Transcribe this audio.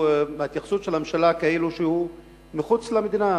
ההתייחסות של הממשלה היא כאילו שהוא מחוץ למדינה,